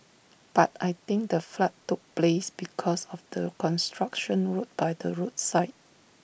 but I think the flood took place because of the construction road by the roadside